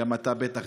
גם אתה בטח,